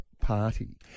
party